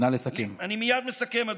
נא לסכם.